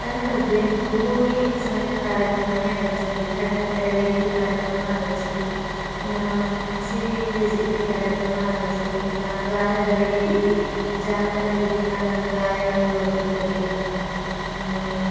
तन्मध्ये बहूनि सम्यक् कार्यक्रमाणि आगच्छन्ति थट् अन्त हेळि इति कार्यक्रमः आगच्छति पुनः सिनि क्विस् इति कार्यक्रमः आगच्छति पुनः गानगरडी इति जानपदगीतानां गायनं भवति प्रतिदिनं